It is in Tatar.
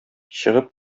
чыгып